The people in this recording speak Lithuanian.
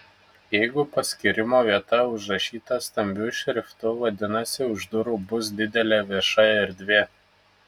jeigu paskyrimo vieta užrašyta stambiu šriftu vadinasi už durų bus didelė vieša erdvė